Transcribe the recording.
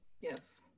yes